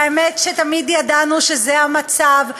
והאמת שתמיד ידענו שזה המצב,